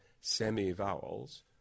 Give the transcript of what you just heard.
semi-vowels